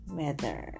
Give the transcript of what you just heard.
matter